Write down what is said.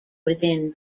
within